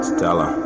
Stella